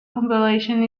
compilation